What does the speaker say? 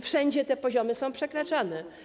Wszędzie te poziomy są przekraczane.